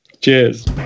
Cheers